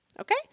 okay